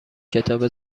کتاب